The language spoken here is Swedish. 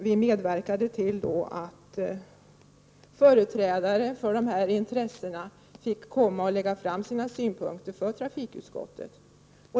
Vi medverkade till att företrädare för dessa intressen fick komma och lägga fram sina synpunkter för trafikutskottet.